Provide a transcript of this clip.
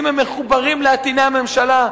אם הם מחוברים לעטיני הממשלה,